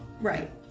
Right